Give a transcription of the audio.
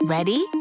Ready